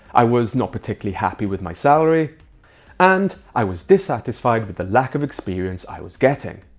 i was not particularly happy with my salary and i was dissatisfied with the lack of experience i was getting.